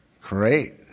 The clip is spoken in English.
Great